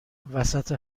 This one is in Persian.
وسط